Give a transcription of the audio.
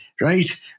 right